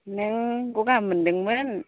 नों ग'गा मोनदोंमोन